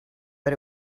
but